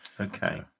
Okay